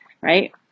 right